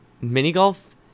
mini-golf